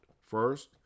First